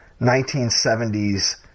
1970s